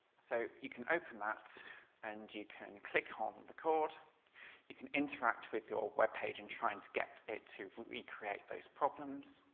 so you can open that and you can click on record. you can interact with your webpage and trying to get it to recreate those problems.